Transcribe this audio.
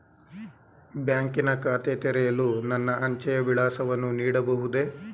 ಬ್ಯಾಂಕಿನ ಖಾತೆ ತೆರೆಯಲು ನನ್ನ ಅಂಚೆಯ ವಿಳಾಸವನ್ನು ನೀಡಬಹುದೇ?